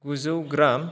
गुजौ ग्राम